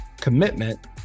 commitment